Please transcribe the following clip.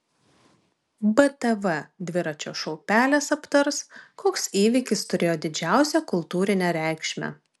btv dviračio šou pelės aptars koks įvykis turėjo didžiausią kultūrinę reikšmę